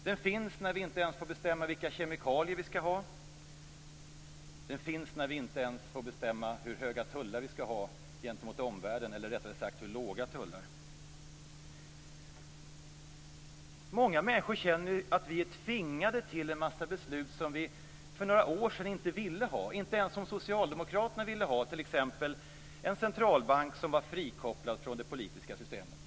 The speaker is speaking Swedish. Den finns när vi inte ens får bestämma vilka kemikalier vi skall ha. Den finns när vi inte ens får bestämma hur höga tullar vi skall ha gentemot omvärlden, eller rättare sagt hur låga tullar. Många människor känner att vi är tvingade till en massa beslut som vi för några år sedan inte ville ha, och som inte ens Socialdemokraterna ville ha. Det gällde t.ex. en centralbank som är frikopplad från det politiska systemet.